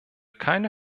keine